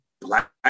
black